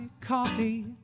coffee